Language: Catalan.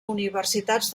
universitats